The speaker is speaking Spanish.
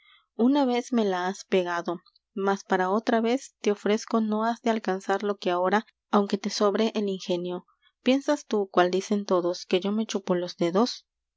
mnsl vez me la has pegado áias para otra vez te ofrezco has de alcanzar lo qué ahora aunque te sobre el ingenio piensas tú cual dicen todos que yo me chupo los dedos